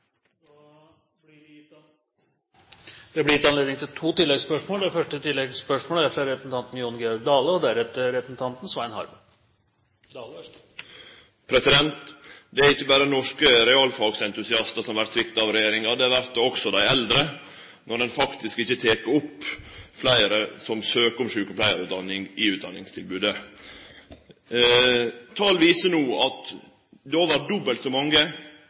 anledning til to oppfølgingsspørsmål – først Jon Georg Dale. Det er ikkje berre norske realfagentusiastar som vert svikta av regjeringa. Det vert også dei eldre når ein faktisk ikkje tek opp fleire som søkjer om sjukepleiarutdanning, i utdanningstilbodet. Tal viser no at det er over dobbelt så mange